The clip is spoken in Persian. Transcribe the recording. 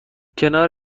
کنار